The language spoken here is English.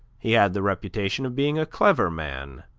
he had the reputation of being a clever man,